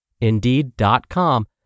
Indeed.com